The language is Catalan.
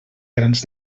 grans